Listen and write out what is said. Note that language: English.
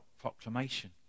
proclamation